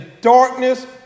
darkness